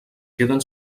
queden